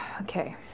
Okay